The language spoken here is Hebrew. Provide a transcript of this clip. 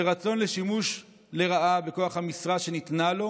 זה רצון לשימוש לרעה בכוח המשרה שניתנה לו